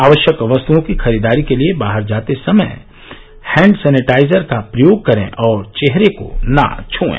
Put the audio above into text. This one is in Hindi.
आवश्यक वस्तुओं की खरीदारी के लिए बाहर जाते समय जो हँडसेनेटाइजर का प्रयोग करें और चेहरे को न छ्ए